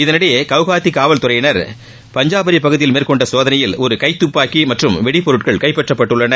இதனிடையே கவுகாத்தி காவல்துறையினர் பஞ்சாபரி பகுதியில் மேற்கொண்ட சோதனையில் ஒரு கைதுப்பாக்கி மற்றும் வெடிபொருட்கள் கைப்பற்றப்பட்டுள்ளன